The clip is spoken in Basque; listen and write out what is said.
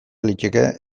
liteke